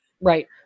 Right